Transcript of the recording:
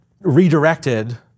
redirected